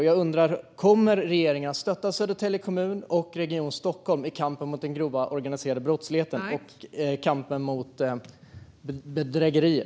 Och jag undrar: Kommer regeringen att stötta Södertälje kommun och Region Stockholm i kampen mot den grova organiserade brottsligheten och i kampen mot bedrägerier?